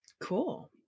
cool